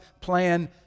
plan